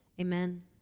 Amen